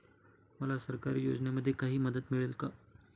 मला सरकारी योजनेमध्ये काही मदत मिळेल का?